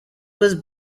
was